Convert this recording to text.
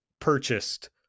purchased